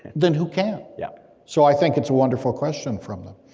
then who can, yeah so i think it's a wonderful question from them.